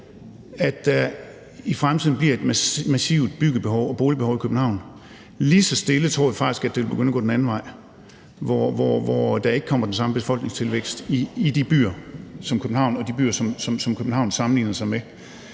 at der i fremtiden bliver et massivt byggebehov og boligbehov i København – vi tror faktisk, at det lige så stille vil begynde at gå den anden vej, hvor der ikke kommer den samme befolkningstilvækst i København og de byer, som København sammenligner sig med.